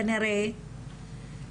כנראה,